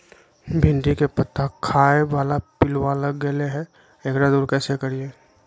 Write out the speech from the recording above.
भिंडी के पत्ता खाए बाला पिलुवा लग गेलै हैं, एकरा दूर कैसे करियय?